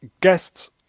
Guests